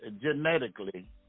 genetically